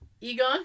Egon